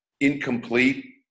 incomplete